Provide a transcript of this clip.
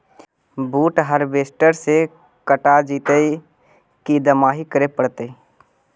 बुट हारबेसटर से कटा जितै कि दमाहि करे पडतै?